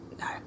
No